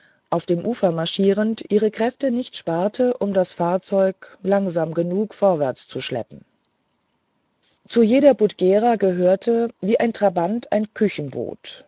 auf dem ufer marschierend ihre kräfte nicht sparte um das fahrzeug langsam genug vorwärts zu schleppen zu jeder budgera gehörte als ein trabant ein küchenboot